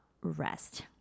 rest